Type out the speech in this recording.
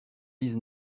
dix